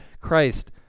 Christ